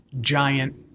giant